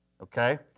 okay